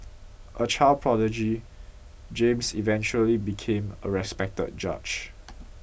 a child prodigy James eventually became a respected judge